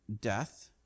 death